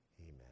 Amen